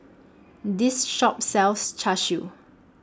This Shop sells Char Siu